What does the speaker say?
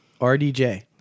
RDJ